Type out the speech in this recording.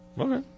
Okay